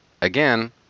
again